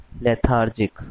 Lethargic